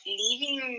leaving